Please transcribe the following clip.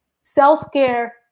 Self-care